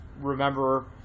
remember